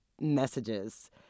messages